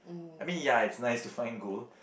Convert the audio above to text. I mean ya it's nice to find gold